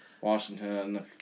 Washington